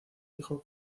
dijo